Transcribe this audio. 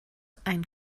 ein